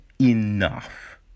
enough